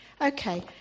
Okay